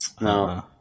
No